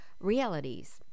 realities